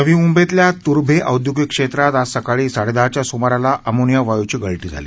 नवी म्ंबईतल्या तूर्भे औद्योगिक क्षेत्रात आज सकाळी साडे दहाच्या सुमारास अमोनिया वायूची गळती झाली